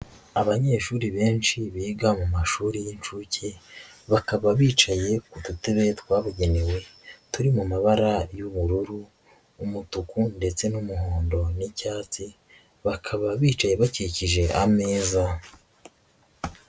Abanyeshuri benshi biga mu mashuri y'incuke, bakaba bicaye ku dutebe twabugenewe turi mu mabara y'ubururu, umutuku ndetse n'umuhondo n'icyatsi, bakaba bicaye bakikije ameza.